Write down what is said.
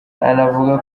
anavuga